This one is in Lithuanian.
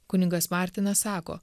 kunigas martinas sako